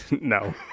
no